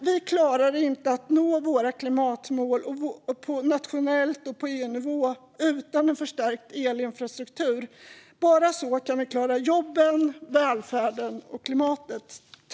Vi klarar inte att nå våra klimatmål nationellt och på EU-nivå utan en förstärkt elinfrastruktur, fru talman. Bara så kan vi klara jobben, välfärden och klimatet.